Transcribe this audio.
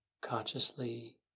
consciously